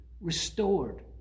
restored